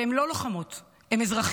שהן לא לוחמות, הן אזרחיות,